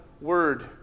word